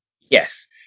Yes